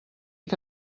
que